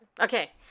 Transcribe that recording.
Okay